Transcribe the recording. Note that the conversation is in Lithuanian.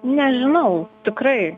nežinau tikrai